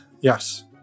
Yes